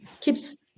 keeps